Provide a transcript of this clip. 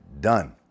done